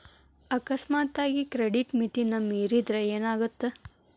ಅಕಸ್ಮಾತಾಗಿ ಕ್ರೆಡಿಟ್ ಮಿತಿನ ಮೇರಿದ್ರ ಏನಾಗತ್ತ